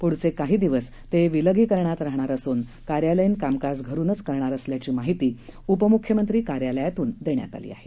पुढचे काही दिवस ते विलगीकरणात राहणार असून कार्यालयीन कामकाज घरुनच करणार असल्याची माहिती उपमुख्यमंत्री कार्यालयातून देण्यात आली आहे